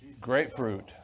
grapefruit